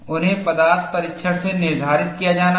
उन्हें पदार्थ परीक्षण से निर्धारित किया जाना है